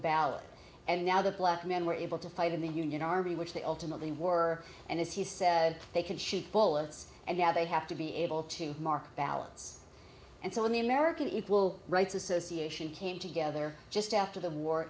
ballot and now that black men were able to fight in the union army which they ultimately war and as he said they could shoot bullets and now they have to be able to mark ballots and so on the american equal rights association came together just after the war